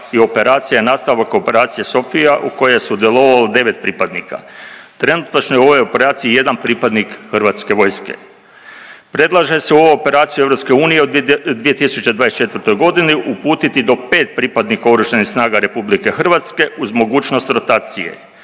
i operacija nastavak operacije SOPHIA u kojoj je sudjelovalo devet pripadnika. Trenutačno je u ovoj operaciji jedan pripadnik hrvatske vojske. Predlaže se u ovu operaciju EU u 2024.g. uputiti do pet pripadnika Oružanih snaga RH uz mogućnost rotacije.